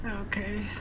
okay